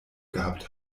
gehabt